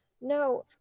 no